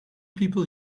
people